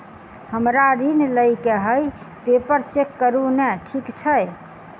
हमरा ऋण लई केँ हय पेपर चेक करू नै ठीक छई?